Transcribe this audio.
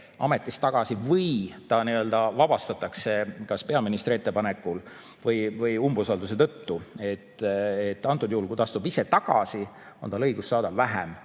ametist tagasi või ta vabastatakse kas peaministri ettepanekul või umbusaldamise tõttu. Kui ta astub ise tagasi, on tal õigus saada vähem